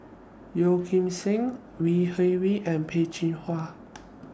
Yeo Kim Seng Au Hing Yee and Peh Chin Hua